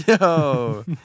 Yo